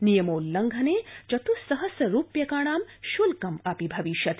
नियमोल्लंघने चतुस्सहस्र रूप्यकाणां श्ल्कं भविष्यति